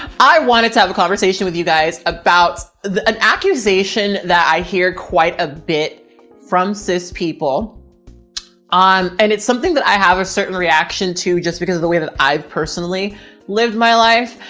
i wanted to have a conversation with you guys about an accusation that i hear quite a bit from cis people on. and it's something that i have a certain reaction to just because of the way that i've personally lived my life.